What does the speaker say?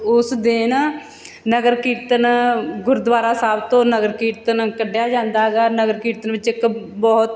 ਉਸ ਦਿਨ ਨਗਰ ਕੀਰਤਨ ਗੁਰਦੁਆਰਾ ਸਾਹਿਬ ਤੋਂ ਨਗਰ ਕੀਰਤਨ ਕੱਢਿਆ ਜਾਂਦਾ ਗਾ ਨਗਰ ਕੀਰਤਨ ਵਿੱਚ ਇੱਕ ਬਹੁਤ